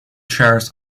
shares